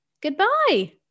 Goodbye